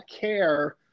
care